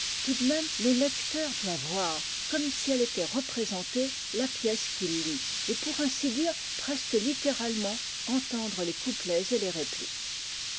de même le lecteur doit voir comme si elle était représentée la pièce qu'il lit et pour ainsi dire presque littéralement entendre les couplets et les répliques